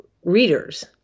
readers